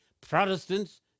Protestants